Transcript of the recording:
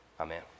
Amen